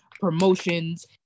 promotions